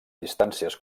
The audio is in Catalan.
distàncies